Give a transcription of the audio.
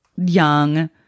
young